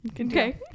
Okay